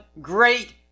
great